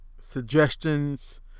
Suggestions